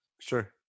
Sure